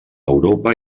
europa